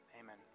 amen